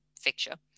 fixture